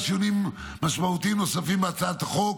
שינויים משמעותיים נוספים בהצעת החוק,